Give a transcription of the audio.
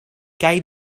kaj